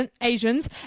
Asians